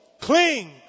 cling